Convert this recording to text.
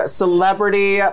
celebrity